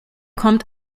kommt